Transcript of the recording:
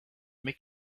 make